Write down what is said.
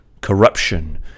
corruption